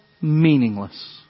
meaningless